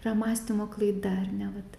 yra mąstymo klaida ar ne vat